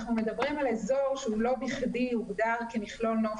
אנחנו מדברים על אזור שלא בכדי הוא הוגדר כמכלול נוף